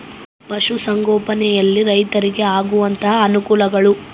ಪಶುಸಂಗೋಪನೆಯಲ್ಲಿ ರೈತರಿಗೆ ಆಗುವಂತಹ ಅನುಕೂಲಗಳು?